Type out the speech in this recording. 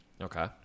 Okay